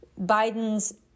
Biden's